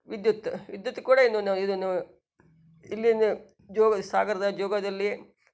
ವಿದ್ಯುತ್ ವಿದ್ಯುತ್ ಕೂಡ ಇಲ್ಲಿನ ಜೋಗ ಸಾಗರದ ಜೋಗದಲ್ಲಿ